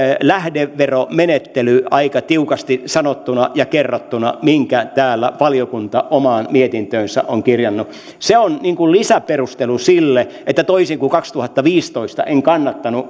lähdeveromenettely aika tiukasti sanottuna ja kerrottuna minkä täällä valiokunta omaan mietintöönsä on kirjannut se on myös lisäperustelu sille että toisin kuin kaksituhattaviisitoista en kannattanut